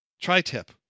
Tri-tip